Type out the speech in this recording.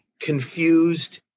confused